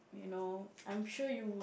you know I'm sure you